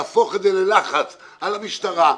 להפוך את זה ללחץ על המשטרה,